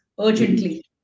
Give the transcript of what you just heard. urgently